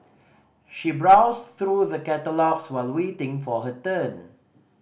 she browsed through the catalogues while waiting for her turn